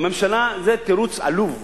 הממשלה זה תירוץ עלוב,